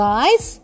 Guys